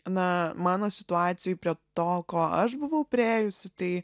na mano situacijoj prie to ko aš buvau priėjusi tai